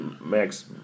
max